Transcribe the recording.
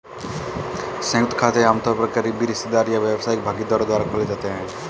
संयुक्त खाते आमतौर पर करीबी रिश्तेदार या व्यावसायिक भागीदारों द्वारा खोले जाते हैं